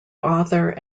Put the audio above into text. author